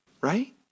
right